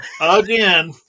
again